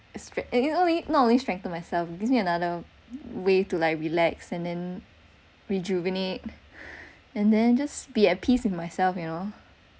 s~ not only strengthen myself it gives me another way to like relax and then rejuvenate and then just be at peace with myself you know